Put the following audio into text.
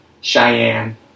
Cheyenne